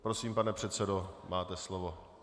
Prosím, pane předsedo, máte slovo.